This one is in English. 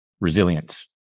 resilience